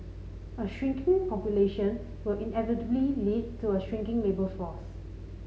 a shrinking population will inevitably lead to a shrinking labour force